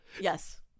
Yes